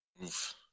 Oof